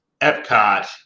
Epcot